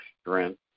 strength